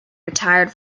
retired